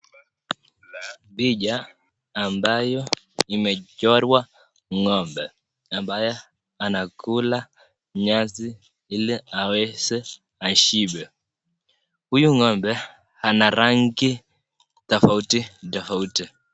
Picha ambayo imechorwa ng'ombe ambaye anakula nyasi ili aweze ashibe. Huyu ng'ombe ana rangi tofauti tofauti.